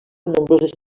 nombroses